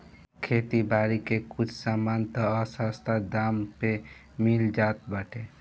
खेती बारी के कुछ सामान तअ सस्ता दाम पे मिल जात बाटे